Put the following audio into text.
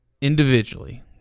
individually